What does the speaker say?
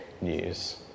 news